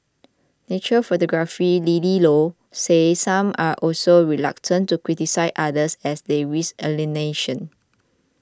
nature photographer Lily Low said some are also reluctant to criticise others as they risk alienation